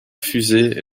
fusées